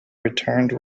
returned